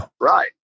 Right